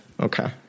Okay